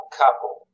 couple